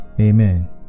amen